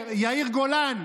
יאיר גולן,